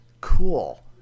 Cool